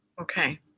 okay